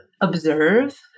observe